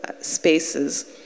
spaces